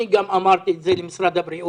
אני גם אמרתי את זה גם למשרד הבריאות,